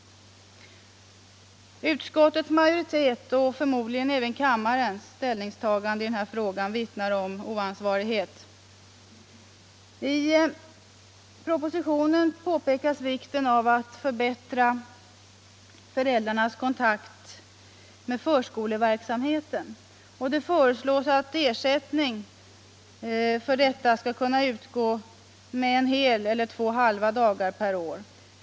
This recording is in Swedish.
Utskottsmajoritetens och förmodligen även kammarens ställningstagande i denna fråga vittnar om oansvarighet. I propositionen påpekas vikten av att förbättra föräldrarnas kontakt med förskoleverksamheten. Och det föreslås att ersättning för detta skall kunna utgå med en hel eller två halva dagar per år.